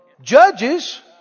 Judges